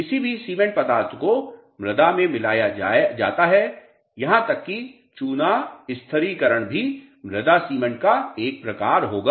किसी भी सीमेंट पदार्थ को मृदा में मिलाया जाता है यहां तक कि चूना स्थिरीकरण भी मृदा सीमेंट का एक प्रकार होगा